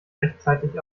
rechtzeitig